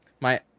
My-